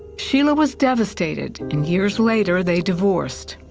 sheila was devastated, and years later they divorced.